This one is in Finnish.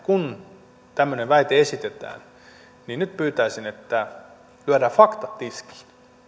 kun tämmöinen väite esitetään pyytää että lyödään faktat tiskiin